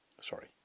Sorry